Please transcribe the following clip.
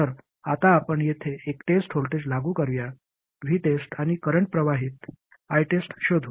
तर आता आपण येथे एक टेस्ट व्होल्टेज लागू करूया VTEST आणि करंट प्रवाहित ITEST शोधू